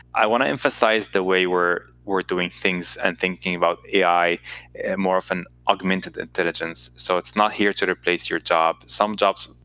i want to emphasize the way we're we're doing things and thinking about ai more of an augmented intelligence. so it's not here to replace your job. some jobs,